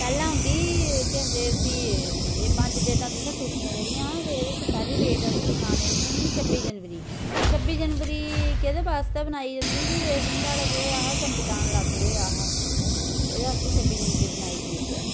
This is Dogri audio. पैह्लै होंदी केह् आखदे उसी एह् पंज डेटां तुसें पुच्छियां जेह्ड़ियां ते एह्दे च पैह्ली डेट अस सनां ने तुसेंई छब्बी जनवरी छब्बी जनवरी केह्दे बास्तै बनाई जंदी कि इस दिन साढ़ै केह् होएआ हा संविधान लागू होएआ हा एह्दे आस्तै छब्बी जनवरी बनाई गेई ऐ